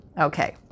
Okay